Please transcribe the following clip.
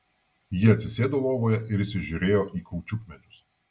ji atsisėdo lovoje ir įsižiūrėjo į kaučiukmedžius